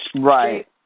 right